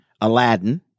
Aladdin